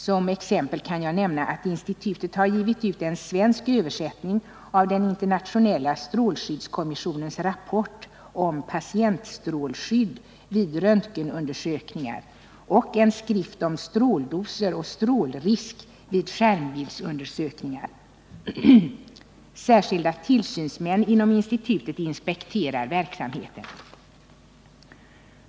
Som exempel kan jag nämna att institutet har givit ut en svensk översättning av den internationella strålskyddskommissionens rapport om patientstrålskydd vid röntgenundersökningar och en skrift om stråldoser och strålrisker vid skärmbildsundersökningar. Särskilda tillsynsmän inom institutet inspekterar verksamheten.